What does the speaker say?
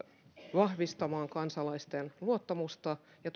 vahvistamaan kansalaisten luottamusta ja